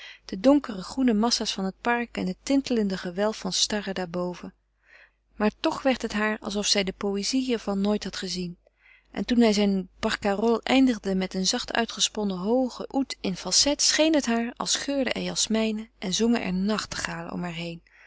de donkere groene massa's van het park en het tintelende gewelf van starren daarboven maar toch werd het haar alsof zij de poëzie hiervan nooit had gezien en toen hij zijn barcarolle eindigde met een zacht uitgesponnen hooge ut in falset scheen het haar als geurden er jasmijnen en zongen er nachtegalen om haar heen